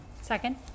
Second